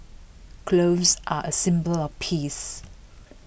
clothes are A symbol of peace